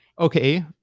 Okay